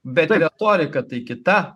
bet retorika tai kita